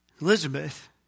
Elizabeth